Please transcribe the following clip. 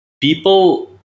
people